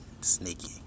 sneaky